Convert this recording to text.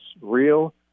real